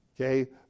Okay